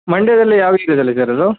ಮಂಡ್ಯದಲ್ಲಿ ಯಾವ್ ಏರಿಯಾದಲ್ಲಿ ಇದೆ ಸರ್ ಅದು